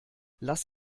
lass